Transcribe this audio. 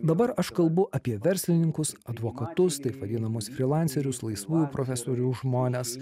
dabar aš kalbu apie verslininkus advokatus taip vadinamus frylancerius laisvų profesijų žmones